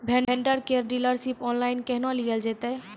Vendor केर dealership online केहनो लियल जेतै?